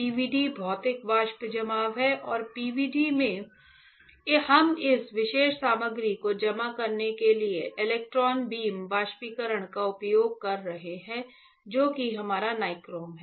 PVD भौतिक वाष्प जमाव है और PVD में हम इस विशेष सामग्री को जमा करने के लिए इलेक्ट्रॉन बीम वाष्पीकरण का उपयोग कर रहे हैं जो कि हमारा निक्रोम है